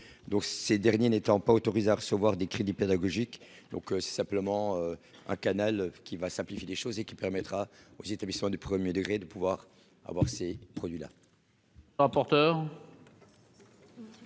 ces derniers n'étant pas autorisés à recevoir des crédits pédagogiques, donc c'est simplement un canal qui va simplifier les choses et qui permettra aux établissements du 1er degré de pouvoir avoir ces produits-là.